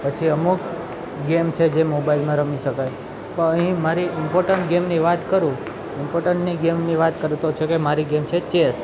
પછી અમુક ગેમ છે જે મોબાઈલમાં રમી શકાય તો અહીં મારી ઇમ્પોર્ટટન્ટ ગેમની વાત કરું ઇમ્પોર્ટન્ટની ગેમની વાત કરું તો જો કે મારી ગેમ છે ચેસ